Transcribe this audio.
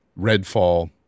Redfall